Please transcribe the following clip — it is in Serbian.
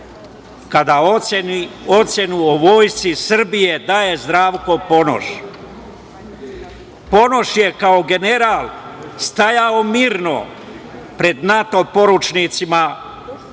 kada ocenu o Vojsci Srbije daje Zdravko Ponoš. Ponoš je kao general stajao mirno pred NATO poručnicima dok